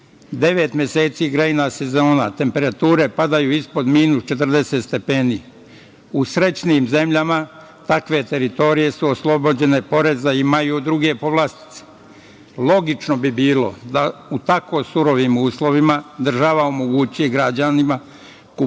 meseci je grejna sezona, temperature padaju ispod minus 40 stepeni. U srećnim zemljama takve teritorije su oslobođene poreza i imaju druge povlastice. Logično bi bilo da u tako surovim uslovima država omogući građanima kupovinu